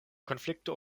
konflikto